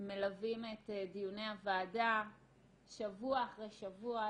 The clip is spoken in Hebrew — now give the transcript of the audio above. מלווים את דיוני הוועדה שבוע אחרי שבוע,